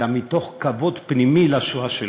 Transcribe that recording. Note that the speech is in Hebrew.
אלא מתוך כבוד פנימי לשואה שלנו.